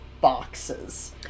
boxes